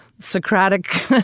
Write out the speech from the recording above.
Socratic